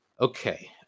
Okay